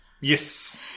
Yes